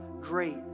great